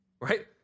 right